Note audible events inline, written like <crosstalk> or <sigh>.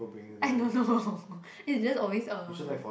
I don't know <laughs> it's just always a